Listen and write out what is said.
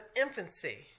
infancy